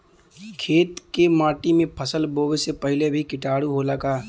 खेत के माटी मे फसल बोवे से पहिले भी किटाणु होला का?